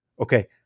Okay